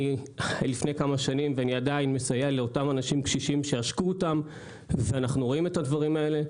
אני מסייע לאותם אנשים קשישים שעשקו אותם ואנחנו רואים את הדברים האלה.